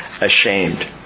ashamed